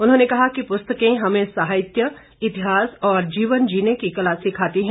उन्होंने कहा कि पुस्तकें हमें साहित्य इतिहास और जीवन जीने की कला सिखाती है